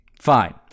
Fine